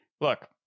Look